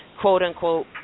quote-unquote